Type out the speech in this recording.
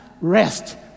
rest